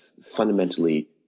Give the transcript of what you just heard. fundamentally